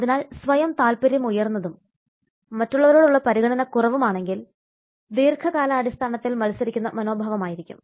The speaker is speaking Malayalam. അതിനാൽ സ്വയം താൽപ്പര്യം ഉയർന്നതും മറ്റുള്ളവരോടുള്ള പരിഗണന കുറവും ആണെങ്കിൽ ദീർഘകാലാടിസ്ഥാനത്തിൽ മത്സരിക്കുന്ന മനോഭാവം ആയിരിക്കും